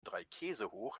dreikäsehoch